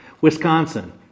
Wisconsin